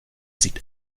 sieht